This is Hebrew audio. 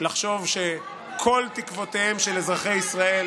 לחשוב שכל תקוותיהם של אזרחי ישראל,